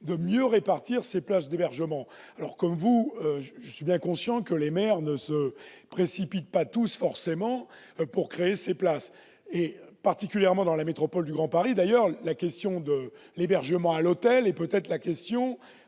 de mieux répartir les places d'hébergement. Comme vous, je suis bien conscient que les maires ne se précipitent pas tous pour créer ces places, particulièrement dans la métropole du Grand Paris. La question de l'hébergement à l'hôtel est peut-être la question